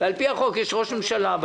על-פי החוק יש ראש ממשלה,